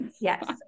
Yes